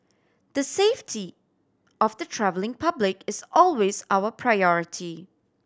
the safety of the travelling public is always our priority